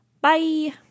bye